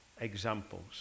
examples